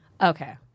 Okay